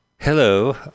Hello